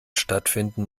stattfinden